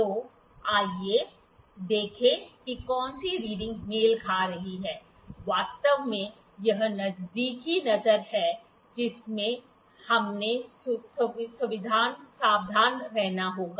तो आइए देखें कि कौन सी रीडिंग मेल कर रही है वास्तव में यह एक नज़दीकी नज़र है जिससे हमें सावधान रहना होगा